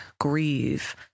grieve